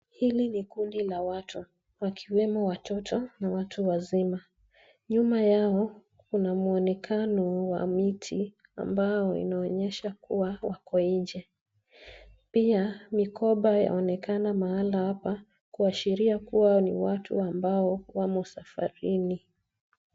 Hili ni kundi la watu, wakiwemo watoto na watu wazima. Nyuma yao kuna mwonekano wa miti ambao unaonyesha kuwa wako nje. Pia mikoba yaonekana mahala hapa kuashiria kuwa ni watu ambao wamo safarini.